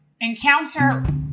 encounter